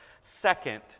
Second